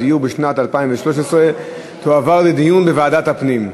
הדיור בשנת 2013 תועבר לדיון בוועדת הפנים.